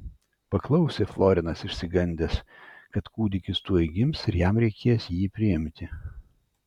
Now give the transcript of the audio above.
paklausė florinas išsigandęs kad kūdikis tuoj gims ir jam reikės jį priimti